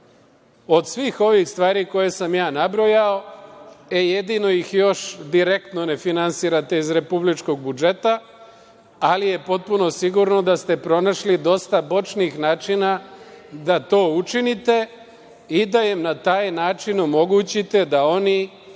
svih ovih stvari koje sam ja nabrojao, jedino ih još direktno ne finansirate iz republičkog budžeta, ali je potpuno sigurno da ste pronašli dosta bočnih načina da to učinite i da na taj način omogućite da oni